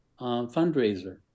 fundraiser